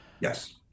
Yes